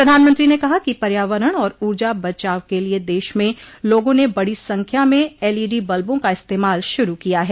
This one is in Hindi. प्रधानमंत्री ने कहा कि पर्यावरण और ऊर्जा बचाव क लिये देश में लोगों ने बड़ी संख्या में एलईडी बल्बों का इस्तेमाल शुरू किया है